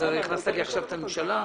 אז הכנסת לי עכשיו את הממשלה?